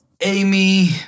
Amy